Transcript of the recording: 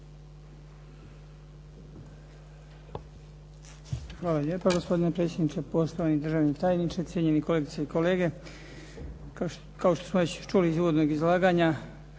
Hvala lijepo gospodine predsjedniče. Poštovani državni tajniče, cijenjeni kolegice i kolege. Kao što smo već čuli iz uvodnog izlaganja